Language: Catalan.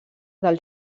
del